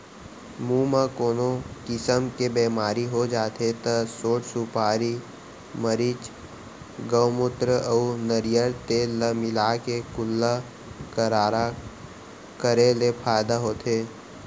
मुंह म कोनो किसम के बेमारी हो जाथे त सौंठ, सुपारी, मरीच, गउमूत्र अउ नरियर तेल ल मिलाके कुल्ला गरारा करे ले फायदा होथे